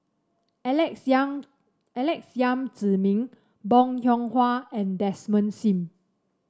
Alex Yam Alex Yam Ziming Bong Hiong Hwa and Desmond Sim